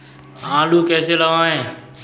आलू कैसे लगाएँ?